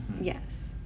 yes